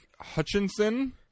Hutchinson